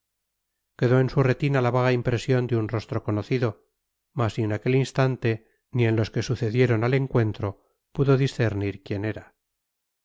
quedó en su retina la vaga impresión de un rostro conocido mas ni en aquel instante ni en los que sucedieron al encuentro pudo discernir quién era